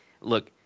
Look